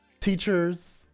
teachers